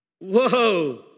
Whoa